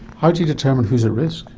how do you determine who is at risk?